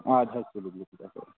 آدٕ حظ تُلِو بِہِو